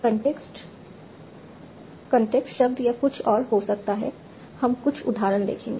context context शब्द या कुछ और हो सकता है हम कुछ उदाहरण देखेंगे